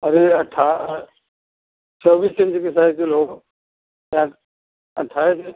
अरे अट्ठा चौबीस इंची की साइकिल होगी या अट्ठारह की